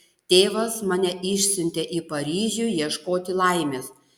tėvas mane išsiuntė į paryžių ieškoti laimės